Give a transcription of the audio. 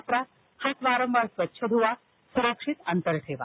वापरा हात वारंवार स्वच्छ धुवा सुरक्षित अंतर ठेवा